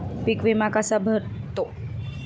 पीक विमा कसा भेटतो?